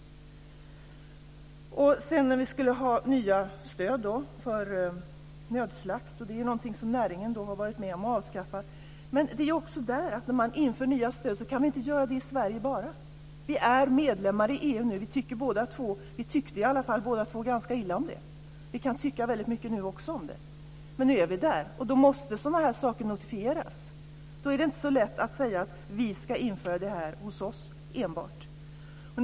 Sedan till nya stöd för nödslakt. Det är någonting som näringen har varit med om att avskaffa. Men när man inför nya stöd kan man inte göra det enbart i Sverige. Vi är medlemmar i EU nu. Vi tycker båda två - vi tyckte i alla fall båda två - ganska illa om det. Vi kan tycka mycket om det nu också. Men nu är vi där, och då måste sådana här saker notifieras. Då är det inte så lätt att säga att vi ska införa det här enbart hos oss.